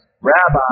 Rabbi